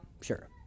sure